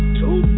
two